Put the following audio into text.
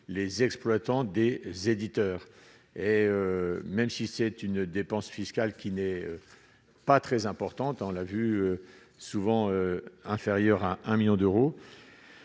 les exploitants des éditeurs et même si c'est une dépense fiscale qui n'est pas très importante, on l'a vu souvent inférieur à un 1000000 d'euros,